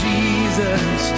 Jesus